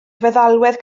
feddalwedd